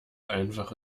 einfach